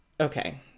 okay